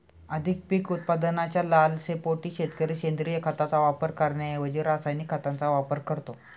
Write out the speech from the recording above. अधिक पीक उत्पादनाच्या लालसेपोटी शेतकरी सेंद्रिय खताचा वापर करण्याऐवजी रासायनिक खतांचा वापर करतो